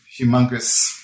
humongous